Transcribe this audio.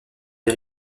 des